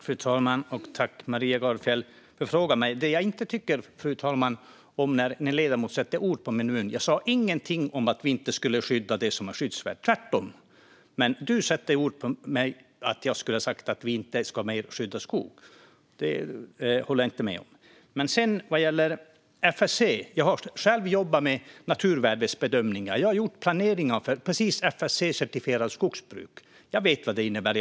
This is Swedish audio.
Fru talman! Tack för frågan, Maria Gardfjell! Jag tycker inte om när en ledamot lägger orden i min mun. Jag sa ingenting om att vi inte ska skydda det som är skyddsvärt. Tvärtom. Men du lägger orden i munnen på mig och säger att jag har sagt att vi inte ska skydda mer skog. Det håller jag inte med om. När det gäller FSC har jag själv jobbat med naturvärdesbedömningar och gjort planering av FSC-certifierat skogsbruk. Jag vet vad det innebär.